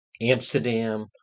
Amsterdam